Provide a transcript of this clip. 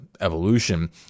evolution